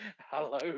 hello